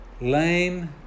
lame